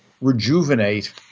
rejuvenate